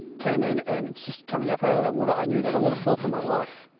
came in and just coming up out of that water i knew that all the filth of my, life,